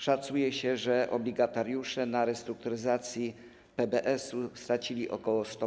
Szacuje się, że obligatariusze na restrukturyzacji PBS-u stracili ok. 100